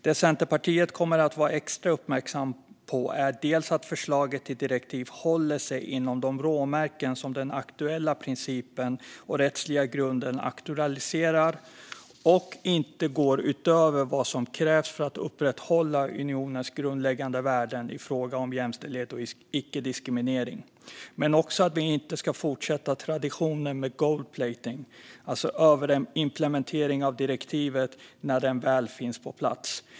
Det som Centerpartiet kommer att vara extra uppmärksamt på är dels att förslaget till direktiv håller sig inom de råmärken som den aktuella principen och den rättsliga grunden aktualiserar, dels att det inte går utöver vad som krävs för att upprätthålla unionens grundläggande värden i fråga om jämställdhet och icke-diskriminering. Vi ska också vara uppmärksamma på att vi inte ska fortsätta traditionen med gold-plating, alltså överimplementering, av direktivet när det väl finns på plats.